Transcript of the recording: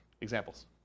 Examples